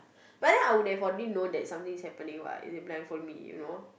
but then I would have already known that something's happening what if they blindfold me you know